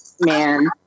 man